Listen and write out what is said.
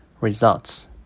Results